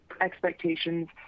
expectations